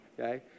Okay